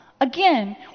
Again